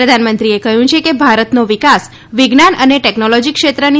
પ્રધાનમંત્રીએ કહ્યું છે કે ભારતનો વિકાસ વિજ્ઞાન અને ટેકનોલોજી ક્ષેત્રની